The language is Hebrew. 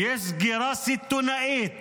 יש סגירה סיטונאית